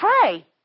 pray